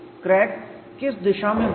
crack किस दिशा में बढ़ेगा